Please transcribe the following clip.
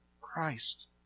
Christ